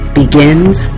begins